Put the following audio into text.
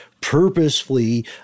purposefully